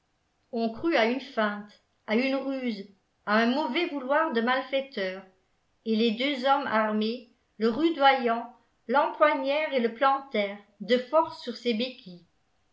on crut a une teinte à une ruse à un mauvais vouloir de malfaiteur et les deux hommes armés le rudoyant l'em le gueux loi poignèrent et le plantèrent de force sur ses béquilles